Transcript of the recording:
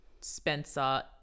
Spencer